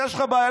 אם יש לך בעיה,